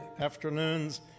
afternoons